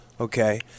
okay